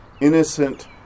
innocent